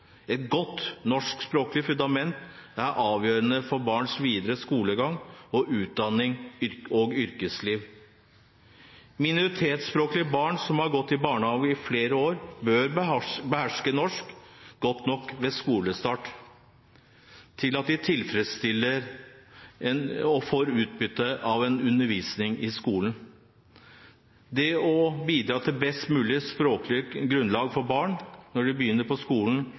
Et godt norskspråklig fundament er avgjørende for barns videre skolegang, utdanning og yrkesliv. Minoritetsspråklige barn som har gått i barnehage i flere år, bør beherske norsk godt nok ved skolestart til at de får tilfredsstillende utbytte av undervisningen i skolen. Det å bidra til best mulig språklig grunnlag for barn når de begynner på skolen,